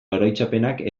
oroitzapenak